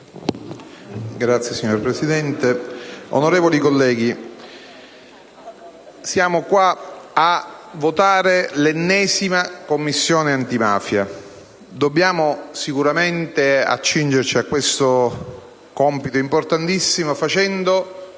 Signor Presidente, onorevoli colleghi, siamo oggi a votare l'ennesima Commissione antimafia. Dobbiamo sicuramente accingerci a questo compito importantissimo facendo